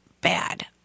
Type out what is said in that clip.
bad